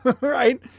right